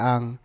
Ang